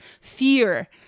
fear